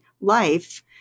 life